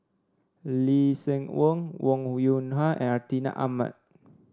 Lee Seng Wong Wong Yoon Wah and Hartinah Ahmad